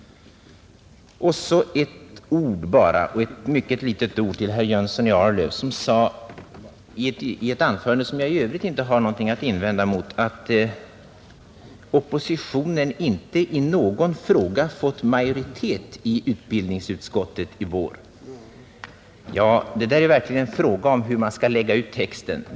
Så bara några ord till herr Jönsson i Arlöv. I ett anförande som jag i Övrigt inte har mycket att invända mot sade herr Jönsson att oppositionen inte i någon fråga fått majoritet i utbildningsutskottet i vår. Ja, det beror verkligen på hur man lägger ut texten!